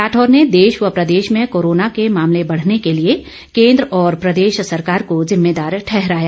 राठौर ने देश व प्रदेश में कोरोना के मामले बढने के लिए केन्द्र और प्रदेश सरकार को जिम्मेदार ठहराया